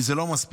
כי זה לא מספיק,